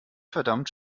verdammt